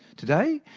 today,